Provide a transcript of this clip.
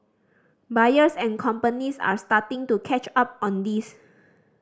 buyers and companies are starting to catch up on this